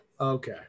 Okay